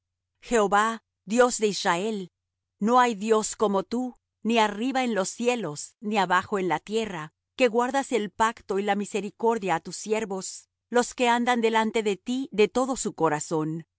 jehová dios de israel no hay dios como tú ni arriba en los cielos ni abajo en la tierra que guardas el pacto y la misericordia á tus siervos los que andan delante de ti de todo su corazón